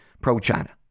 pro-China